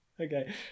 Okay